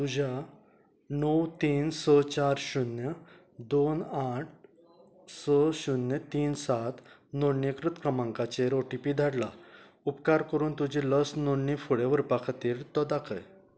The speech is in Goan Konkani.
तुज्या णव तीन स चार शुन्य दोन आठ स शुन्य तीन सात नोंदणीकृत क्रमांकाचेर ओ टी पी धाडला उपकार करून तुजी लस नोंदणी फुडें व्हरपा खातीर तो दाखय